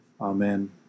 Amen